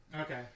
okay